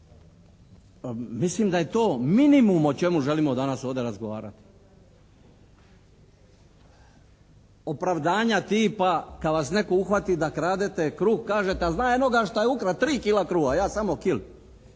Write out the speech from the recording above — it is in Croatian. mislim da je to minimum o čemu želimo danas ovdje razgovarati. Opravdanja tipa kad vas netko uhvati da kradete kruh, kažete: «Ali znam jednoga šta je ukra 3 kila kruha a ja samo kilu».